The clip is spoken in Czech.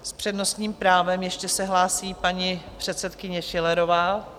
S přednostním právem se ještě hlásí paní předsedkyně Schillerová.